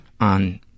on